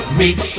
meet